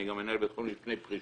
אני גם מנהל בית חולים לפני פרישה,